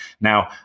Now